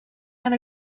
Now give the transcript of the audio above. and